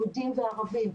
יהודים וערבים.